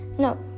No